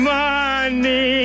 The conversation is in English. money